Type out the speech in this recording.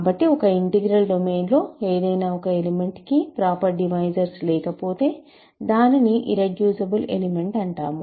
కాబట్టి ఒక ఇంటిగ్రల్ డొమైన్లో ఏదైనా ఒక ఎలిమెంట్ కి ప్రాపర్ డివైజర్స్ లేకపోతే దానిని ఇర్రెడ్యూసిబుల్ ఎలిమెంట్ అంటాము